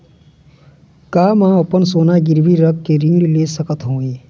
का मैं अपन सोना गिरवी रख के ऋण ले सकत हावे?